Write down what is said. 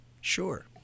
Sure